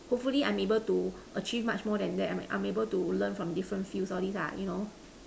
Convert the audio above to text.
hopefully I'm able to achieve much more than that I'm I'm able to learn from different fields all these ah you know